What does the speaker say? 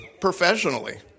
professionally